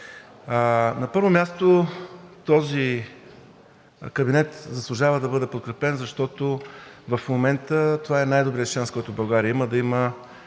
На първо място, този кабинет заслужава да бъде подкрепен, защото в момента това е най-добрият шанс, който България има – да има